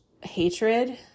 hatred